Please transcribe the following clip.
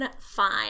fine